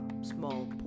small